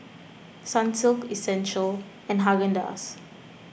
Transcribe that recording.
Sunsilk Essential and Haagen Dazs